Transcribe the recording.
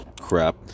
crap